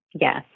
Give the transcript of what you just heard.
Yes